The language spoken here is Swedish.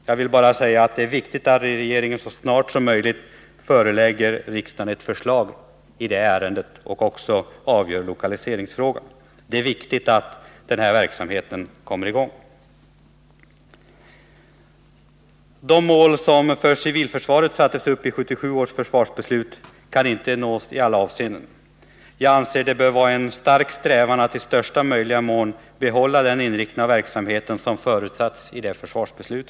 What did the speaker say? Jag vill bara slå fast att det är viktigt att regeringen så snart som möjligt förelägger riksdagen ett förslag i ärendet, där man också tagit ställning till lokaliseringen. Det är viktigt att den verksamhet det gäller kommer i gång. De mål som för civilförs aret sattes upp i 1977 års försvarsbeslut kan inte nås i alla avseenden. Jag anser att det bör vara en stark strävan att i största möjliga mån behålla den inriktning av verksamheten som förutsattes i detta försvarsbeslut.